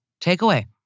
Takeaway